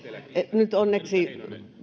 nyt onneksi